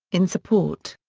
in support.